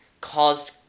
caused